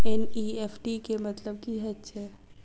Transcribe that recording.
NEFT केँ मतलब की हएत छै?